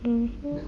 mm